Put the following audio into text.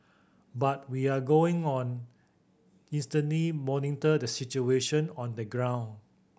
but we are going on constantly monitor the situation on the ground